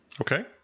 Okay